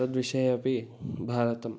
तद्विषये अपि भारतम्